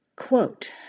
Quote